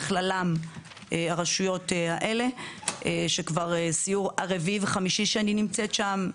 בכללם הרשויות האלה שכבר סיור הרביעי וחמישי שאני נמצאת שם.